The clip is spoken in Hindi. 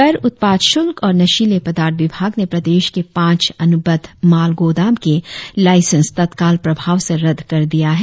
कर उप्ताद शुल्क और नशीले पदार्थ विभाग ने प्रदेश के पांच अनुबद्ध माल गोदाम के लाइसेंस तत्काल प्रभाव से रद्द कर दिया है